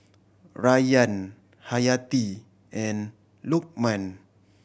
Rayyan Hayati and Lukman